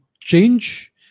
change